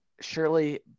surely